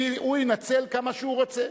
הוא ינצל כמה שהוא רוצה.